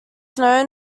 known